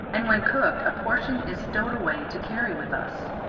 and when cooked a portion is stowed away to carry with us.